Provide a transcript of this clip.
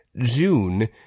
June